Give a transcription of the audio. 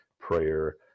prayer